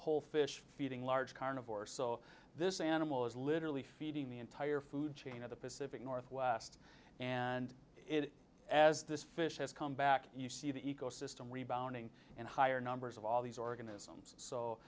whole fish feeding large carnivores so this animal is literally feeding the entire food chain of the pacific northwest and it as this fish has come back you see the ecosystem rebounding and higher numbers of all these organisms so